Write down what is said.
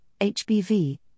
HBV